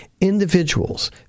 Individuals